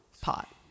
pot